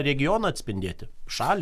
regioną atspindėti šalį